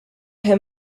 him